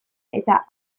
eta